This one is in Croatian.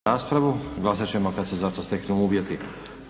**Stazić, Nenad (SDP)**